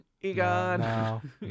egon